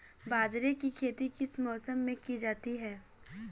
बाजरे की खेती किस मौसम में की जाती है?